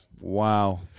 Wow